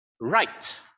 Right